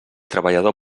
treballador